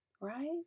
right